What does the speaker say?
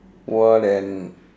!wah! then